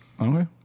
Okay